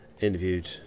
interviewed